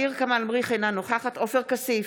ע'דיר כמאל מריח, אינה נוכחת עופר כסיף,